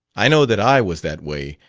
i know that i was that way,